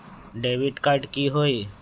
Debit card की होई?